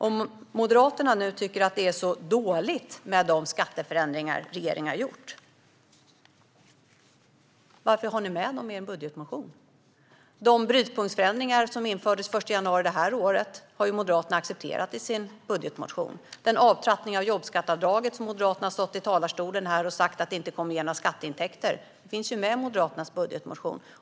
Om Moderaterna nu tycker att det är så dåligt med de skatteförändringar regeringen har gjort - varför har ni då med dem i er budgetmotion? De brytpunktsförändringar som infördes den 1 januari det här året har Moderaterna accepterat i sin budgetmotion. Den avtrappning av jobbskatteavdraget som Moderaterna har stått i talarstolen och sagt inte kommer att ge några skatteintäkter finns med i Moderaternas budgetmotion.